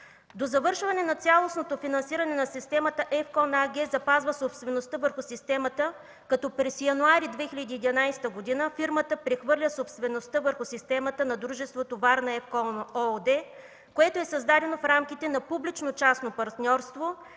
До завършване на цялостното финансиране на системата ЕФКОМ АГ запазва собствеността върху системата като през януари 2011 г. фирмата прехвърля собствеността върху системата на дружеството „Варна Ефкон“ ООД, което е създадено в рамките на публично-частно партньорство